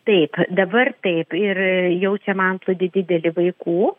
taip dabar taip ir jaučiam antplūdį didelį vaikų